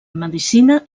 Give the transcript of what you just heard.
medicina